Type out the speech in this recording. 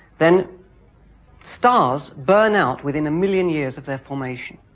then stars burn out within a million years of their formation.